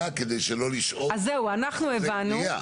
זה חסם.